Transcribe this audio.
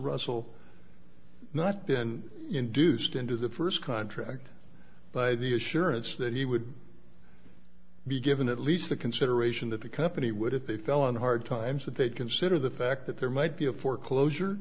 russell not been induced into the first contract by the assurance that he would be given at least the consideration that the company would if they fell on hard times that they'd consider the fact that there might be a foreclosure